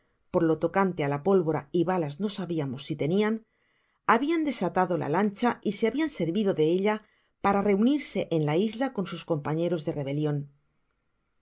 por lo tocante á la pólvora y balas no sabiamos si tenian habian desatado la lancha y se habian servido de ella para reunirse en la isla con sus compañeros de rebelion al